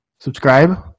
Subscribe